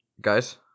guys